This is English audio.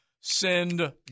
Send